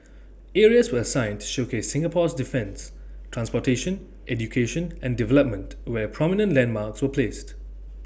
areas were assigned to showcase Singapore's defence transportation education and development where prominent landmarks were placed